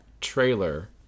trailer